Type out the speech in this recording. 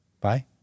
Bye